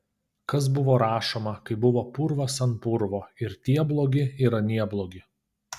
kas buvo rašoma kai buvo purvas ant purvo ir tie blogi ir anie blogi